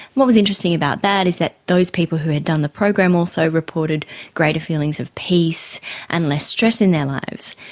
what was interesting about that is that those people who had done the program also reported greater feelings of peace and less stress in their lives.